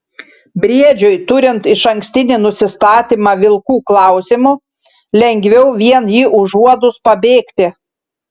briedžiui turint išankstinį nusistatymą vilkų klausimu lengviau vien jį užuodus pabėgti